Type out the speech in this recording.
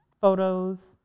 photos